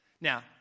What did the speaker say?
Now